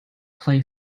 play